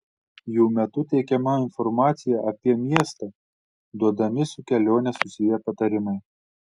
jų metu teikiama informacija apie miestą duodami su kelione susiję patarimai